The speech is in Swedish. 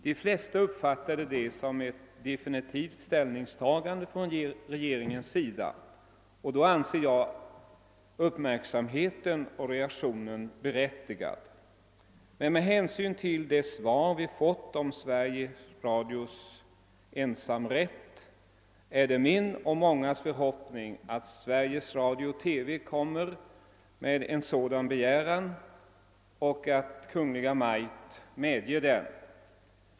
De flesta uppfattade det som ett definitivt ställningstagande av regeringen, och då ansåg jag uppmärksamheten och reaktionen berättigad. Med hänsyn till det svar som här lämnats om Sveriges Radios ensamrätt är det emellertid min och mångas förhoppning att Sveriges Radio-TV skall inge en sådan begäran och att Kungl. Maj:t skall bifalla den.